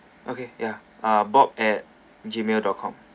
okay yeah ah bob at gmail dot com